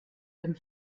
dem